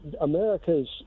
America's